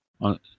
on